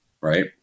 Right